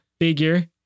figure